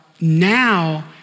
now